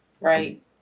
right